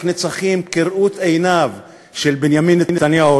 נצחים כראות עיניו של בנימין נתניהו,